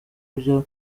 byo